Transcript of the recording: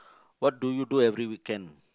what do you do every weekend